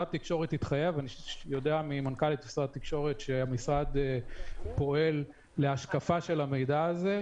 אני יודע ממנכ"לית משרד התקשורת שהמשרד פועל לייצר שקיפות של המידע הזה,